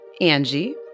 Angie